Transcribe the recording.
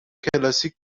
کلاسیک